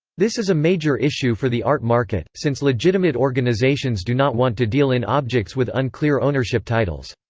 this is a major issue for the art market, since legitimate organizations do not want to deal in objects with unclear ownership titles.